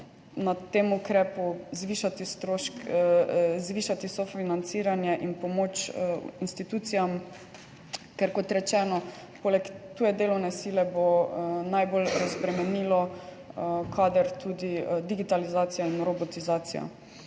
strošek, zvišati sofinanciranje in pomoč institucijam, ker bosta, kot rečeno, poleg tuje delovne sile najbolj razbremenila kader tudi digitalizacija in robotizacija.